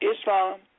Islam